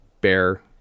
bear